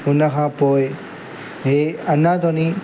हुन खां पोइ इहे अञा ताईं